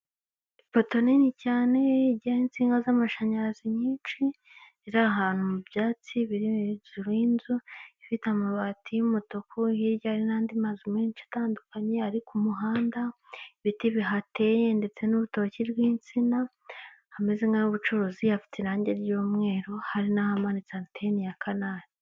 Ipoto nini cyane ijyana insinga z'amashanyarazi nyinshi ziri ahantu mu byatsi biri hejuru y'inzu ifite amabati y'umutuku, hirya n'andi mazu menshi atandukanye ari ku muhanda, ibiti bihateye ndetse n'urutoki rw'insina hameze nk'ah'ubucuruzi hafite irangi ry'umweru hari n'ahamanitse anteni ya kanali.